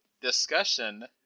discussion